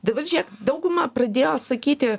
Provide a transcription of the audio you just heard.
dabar žėk dauguma pradėjo sakyti